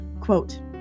quote